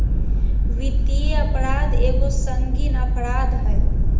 वित्तीय अपराध एगो संगीन अपराध हइ